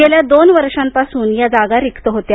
गेल्या दोन वर्षांपासून या जागा रिक्त होत्या